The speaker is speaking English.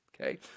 Okay